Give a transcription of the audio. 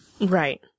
right